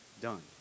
done